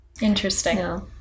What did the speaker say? Interesting